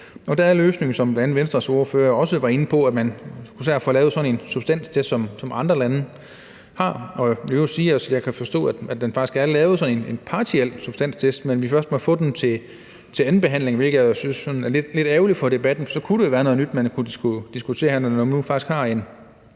der er løsningen, som bl.a. Venstres ordfører også var inde på, at man skulle tage at få lavet sådan en substanstest, som andre lande har. Og i øvrigt kan jeg forstå, at der faktisk er lavet sådan en partiel substanstest, men at vi først må få den til andenbehandlingen, hvilket jeg jo synes er sådan lidt ærgerligt for debatten; for så kunne der jo være noget nyt at diskutere her, altså når man nu faktisk har en